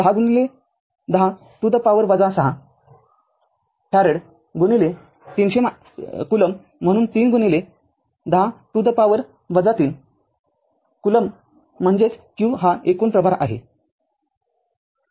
तर १०१० to the power ६ फॅरेड३०० coulomb म्हणून ३१० to the power ३ कूलोमम्हणजेच q हा एकूण एकूण प्रभार आहे